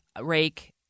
Rake